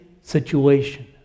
situation